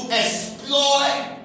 exploit